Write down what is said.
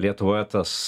lietuvoje tas